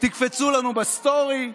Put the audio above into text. תקפצו לנו בסטורי.